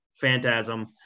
Phantasm